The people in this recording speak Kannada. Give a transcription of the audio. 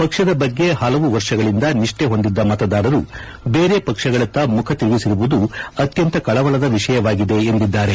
ಪಕ್ಷದ ಬಗ್ಗೆ ಹಲವು ವರ್ಷಗಳಿಂದ ನಿತ್ವೆ ಹೊಂದಿದ್ದ ಮತದಾರರು ಬೇರೆ ಪಕ್ಷಗಳತ್ತ ಮುಖ ತಿರುಗಿಸಿರುವುದು ಅತ್ಯಂತ ಕಳವಳದ ವಿಷಯವಾಗಿದೆ ಎಂದಿದ್ದಾರೆ